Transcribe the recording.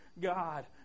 God